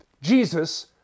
Jesus